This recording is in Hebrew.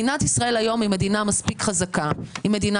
אבל היום מדינת ישראל היא מדינה מספיק חזקה; זאת מדינה